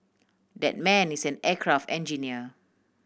that man is an aircraft engineer